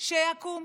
שיקום.